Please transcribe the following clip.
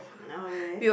oh okay